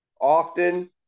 often